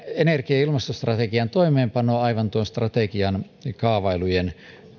energia ja ilmastostrategian toimeenpanoon aivan tuon strategian kaavailujen